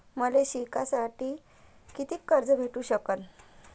मले शिकासाठी कितीक कर्ज भेटू सकन?